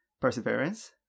perseverance